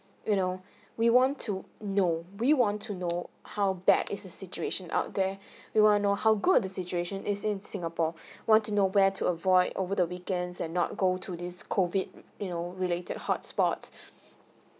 you know we want to know we want to know how bad is the situation out there we will know how good the situation is in singapore want to nowhere to avoid over the weekends and not go to this COVID you know related hotspots